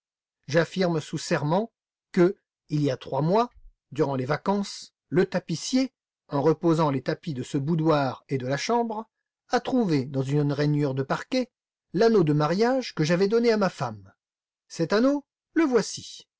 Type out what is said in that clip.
j'affirme sous serment que il y a trois mois durant les vacances le tapissier en reposant les tapis de ce boudoir et de la chambre a trouvé dans une rainure de parquet l'anneau de mariage que j'avais donné à ma femme cet anneau le voici